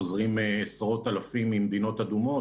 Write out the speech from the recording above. חוזרים עשרות אלפים ממדינות אדומות,